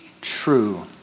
true